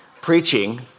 Preaching